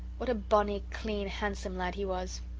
what a bonny, clean, handsome lad he was!